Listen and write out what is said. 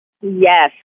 Yes